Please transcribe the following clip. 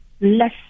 less